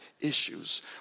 issues